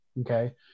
Okay